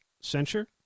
censure